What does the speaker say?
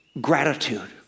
gratitude